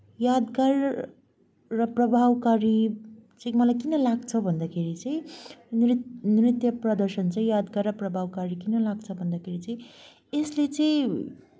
यादगार र प्रभावकारी चाहिँ मलाई किन लाग्छ भन्दाखेरि चाहिँ नृत्य नृत्य प्रदर्शन चाहिँ यादगार र प्रभावकारी किन लाग्छ भन्दाखेरि चाहिँ यसले चाहिँ